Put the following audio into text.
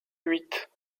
huit